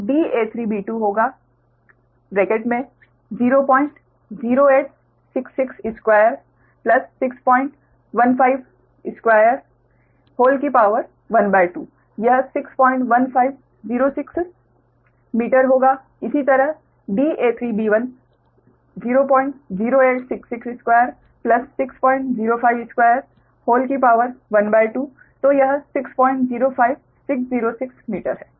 तो da3b2 होगा 008662 6152 12 यह 61506 मीटर होगा इसी तरह da3b1 008662 6052 12 605606 मीटर